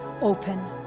open